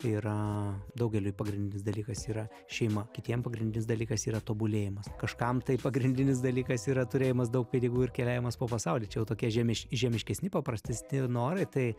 yra daugeliui pagrindinis dalykas yra šeima kitiem pagrindinis dalykas yra tobulėjimas kažkam tai pagrindinis dalykas yra turėjimas daug pinigų ir keliavimas po pasaulį čia jau tokie žemiš žiemiškesni paprastesni norai tai